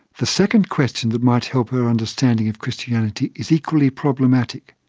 the second question that might help our understanding of christianity is equally problematic.